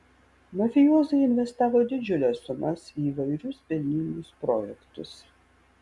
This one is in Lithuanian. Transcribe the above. mafijozai investavo didžiules sumas į įvairius pelningus projektus